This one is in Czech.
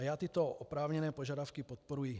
Já tyto oprávněné požadavky podporuji.